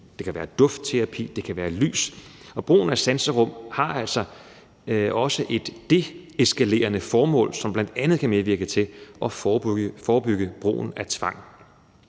det kan være duftterapi, det kan være lys, og brugen af sanserum har altså også et deeskalerende formål, som bl.a. kan medvirke til at forebygge brugen af tvang.